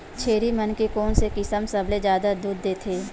छेरी मन के कोन से किसम सबले जादा दूध देथे?